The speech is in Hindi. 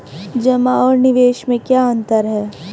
जमा और निवेश में क्या अंतर है?